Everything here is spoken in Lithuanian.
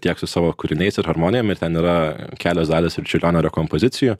tiek su savo kūriniais ir harmonijom ten yra kelios dalys ir čiurlionio rekompozicijų